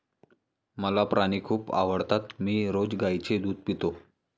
मला प्राणी खूप आवडतात मी रोज गाईचे दूध पितो